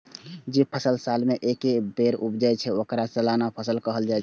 जे फसल साल मे एके बेर उपजै छै, ओकरा सालाना फसल कहल जाइ छै